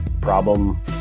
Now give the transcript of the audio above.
problem